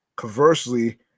Conversely